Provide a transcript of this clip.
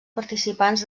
participants